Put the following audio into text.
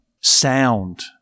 sound